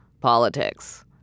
politics